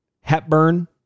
Hepburn